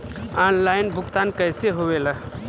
Online भुगतान कैसे होए ला?